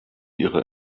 ihre